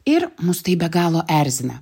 ir mus tai be galo erzina